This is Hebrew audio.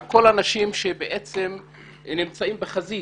על כל האנשים שנמצאים בחזית